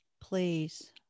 please